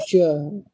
not sure